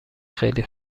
خیلی